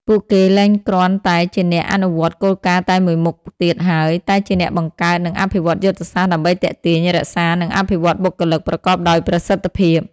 ពួកគេលែងគ្រាន់តែជាអ្នកអនុវត្តគោលការណ៍តែមួយមុខទៀតហើយ តែជាអ្នកបង្កើត និងអភិវឌ្ឍយុទ្ធសាស្ត្រដើម្បីទាក់ទាញ រក្សា និងអភិវឌ្ឍបុគ្គលិកប្រកបដោយប្រសិទ្ធភាព។